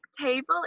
table